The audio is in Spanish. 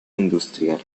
industrial